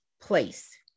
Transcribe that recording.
place